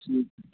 ठीक है